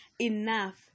enough